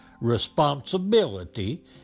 responsibility